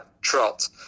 trot